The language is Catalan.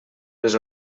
les